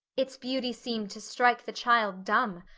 its beauty seemed to strike the child dumb.